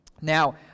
Now